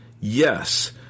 yes